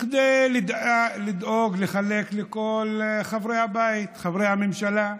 כדי לדאוג לחלק לכל חברי הבית, חברי הממשלה,